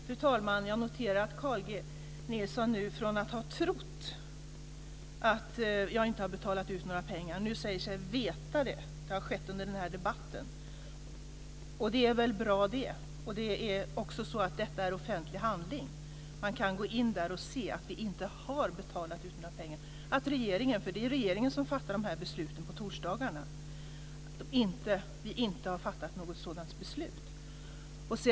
Fru talman! Jag noterar att Carl G Nilsson från att ha trott att jag inte har betalat ut några pengar nu säger sig veta det. Det har skett under den här debatten. Det är väl bra det. Detta är också offentlig handling. Man kan gå in och se att vi inte har betalat ut några pengar, att regeringen - för det är regeringen som fattar de här besluten på torsdagarna - inte har fattat något sådant beslut.